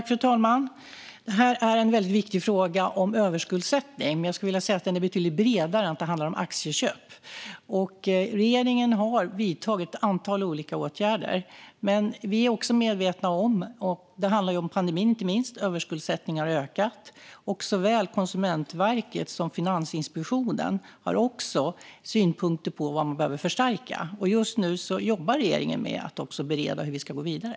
Fru talman! Frågan om överskuldsättning är väldigt viktig. Jag skulle säga att den är betydligt bredare än att handla om bara aktieköp. Regeringen har vidtagit ett antal olika åtgärder. Men vi är också medvetna om - det handlar inte minst om pandemin - att överskuldsättningen har ökat. Såväl Konsumentverket som Finansinspektionen har också synpunkter på vad man behöver förstärka. Just nu jobbar regeringen med att bereda hur vi ska gå vidare.